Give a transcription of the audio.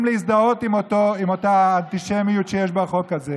להזדהות עם אותה אנטישמיות שיש בחוק הזה,